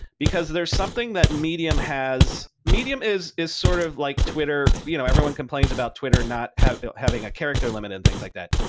because there's something that medium has. medium is is sort of like twitter. you know everyone complains about twitter not having a character limit and things like that.